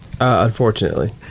Unfortunately